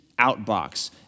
outbox